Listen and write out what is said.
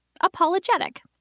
Apologetic